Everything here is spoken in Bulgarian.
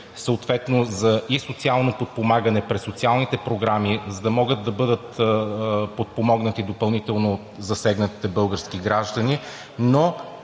съответно и за социално подпомагане през социалните програми, за да могат да бъдат подпомогнати допълнително засегнатите български граждани. Но